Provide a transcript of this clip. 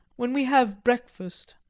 when we have breakfast,